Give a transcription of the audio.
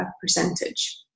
percentage